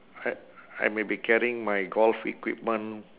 I I may be carrying my golf equipment